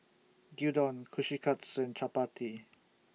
Gyudon Kushikatsu Chapati